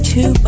Two